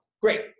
Great